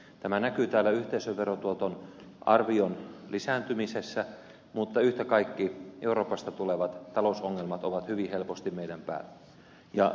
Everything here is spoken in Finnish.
tämä näkyy täällä yhteisöverotuoton arvion lisääntymisessä mutta yhtä kaikki euroopasta tulevat talousongelmat ovat hyvin helposti meidän päällämme